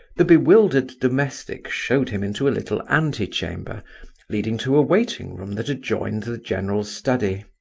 the bewildered domestic showed him into a little ante-chamber leading to a waiting-room that adjoined the general's study,